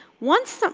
once,